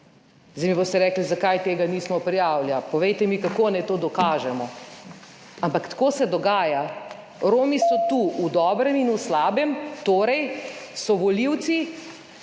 Zdaj mi boste rekli, zakaj tega nismo prijavili. Ja povejte mi, kako naj to dokažemo. Ampak tako se dogaja. Romi so tu v dobrem in v slabem, torej so po eni